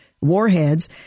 Warheads